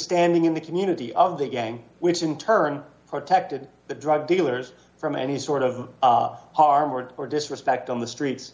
standing in the community of the gang which in turn protected the drug dealers from any sort of armored or disrespect on the streets